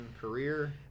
career